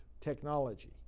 technology